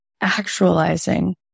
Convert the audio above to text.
actualizing